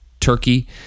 Turkey